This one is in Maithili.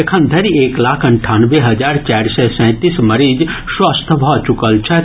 एखन धरि एक लाख अंठानवे हजार चारि सय सैतीस मरीज स्वस्थ भऽ चुकल छथि